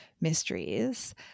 mysteries